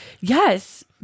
yes